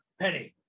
Penny